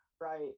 right